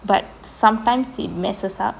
but sometimes it messes up